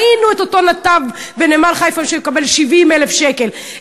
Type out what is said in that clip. ראינו את אותו נתב בנמל חיפה שמקבל 70,000 שקל,